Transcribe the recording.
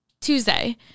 Tuesday